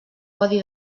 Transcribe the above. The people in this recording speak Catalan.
codi